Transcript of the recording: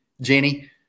Jenny